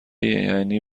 یعنی